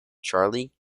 charlie